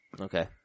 Okay